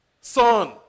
son